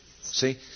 See